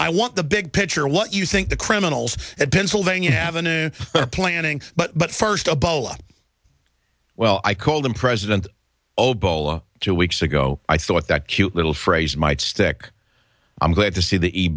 i want the big picture what you think the criminals at pennsylvania avenue are planning but first a boa well i called him president obama two weeks ago i thought that cute little phrase might stick i'm glad to see the e